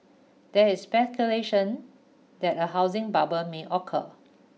there is speculation that a housing bubble may occur